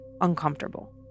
uncomfortable